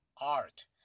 Art